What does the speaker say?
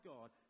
God